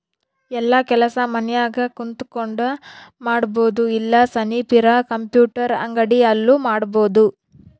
ಯೆಲ್ಲ ಕೆಲಸ ಮನ್ಯಾಗ ಕುಂತಕೊಂಡ್ ಮಾಡಬೊದು ಇಲ್ಲ ಸನಿಪ್ ಇರ ಕಂಪ್ಯೂಟರ್ ಅಂಗಡಿ ಅಲ್ಲು ಮಾಡ್ಬೋದು